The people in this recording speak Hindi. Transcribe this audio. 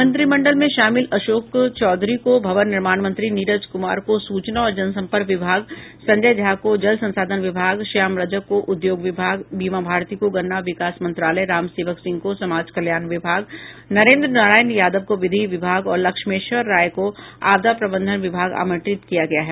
मंत्रिमंडल में शामिल अशोक चौधरी को भवन निर्माण मंत्री नीरज कुमार को सूचना और जनसंपर्क विभाग संजय झा को जल संसाधन विभाग श्याम रजक को उद्योग विभाग बीमा भारती को गन्ना विकास मंत्रालय रामसेवक सिंह को समाज कल्याण विभाग नरेन्द्र नारायण यादव को विधि विभाग और लक्ष्मेश्वर राय को आपदा प्रबंधन विभाग आवंटित किया गया है